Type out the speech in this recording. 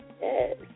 yes